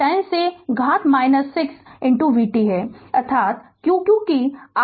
तो यह 10 से घात 6 v t है अर्थात q q की r इकाई कूलम्ब है